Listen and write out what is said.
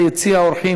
ביציע האורחים,